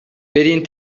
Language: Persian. بدین